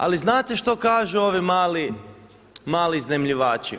Ali znate što kažu ovi mali iznajmljivači.